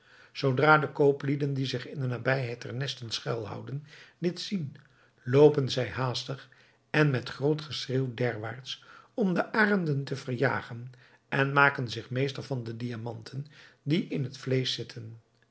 zoodra de kooplieden die zich in de nabijheid der nesten schuilhouden dit zien loopen zij haastig en met groot geschreeuw derwaarts om de arenden te verjagen en maken zich meester van de diamanten die in het vleesch zitten